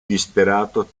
disperato